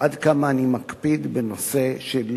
עד כמה אני מקפיד בנושא של